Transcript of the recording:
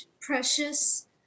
Precious